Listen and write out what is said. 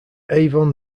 avon